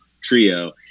trio